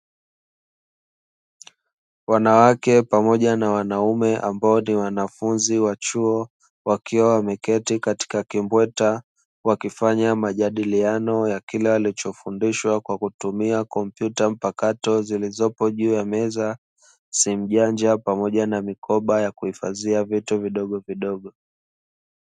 Wanawake pamoja na wanaume ambao ni wanafunzi wa chuo, wakiwa wameketi katika kimbweta, wakifanya majadiliano ya kile wanachofundishwa kwa kutumia kompyuta mpakato zilizopo juu ya meza, simu janja pamoja na mikoba ya kuhifadhia vitu vidogovidogo.